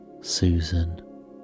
Susan